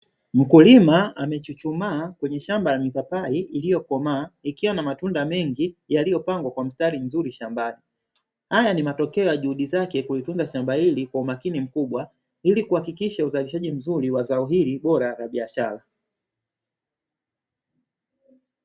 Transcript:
Mkulima amechuchumaa kwenye shamba la mipapai iliyokomaa, ikiwa na matunda mengi yaliyopangwa kwa mstari mzuri shambani. Haya ni matokeo ya juhudi zake kulitunza shamba hili kwa umakini mkubwa, ili kuhakikisha uzalishaji mzuri wa zao hili bora la biashara.